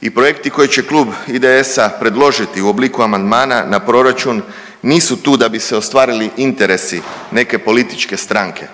I projekti koje će Klub IDS-a predložiti u obliku amandmana na proračun nisu tu da bi se ostvarili interesi neke političke stranke